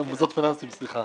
מוסדות פיננסיים, סליחה,